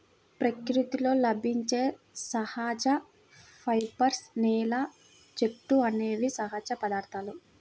ప్రకృతిలో లభించే సహజ ఫైబర్స్, నేల, చెట్లు అనేవి సహజ పదార్థాలు